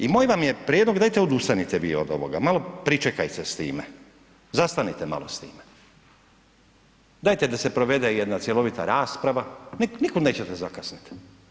I moj vam je prijedlog dajte odustanite vi od ovoga, malo pričekajte s time, zastanite malo s time, dajte da se provede jedna cjelovita rasprava, nikud nećete zakasniti.